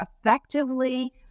effectively